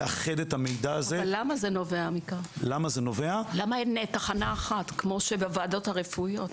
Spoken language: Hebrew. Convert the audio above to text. למה אין תחנה אחת כמו שבוועדות הרפואיות?